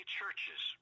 churches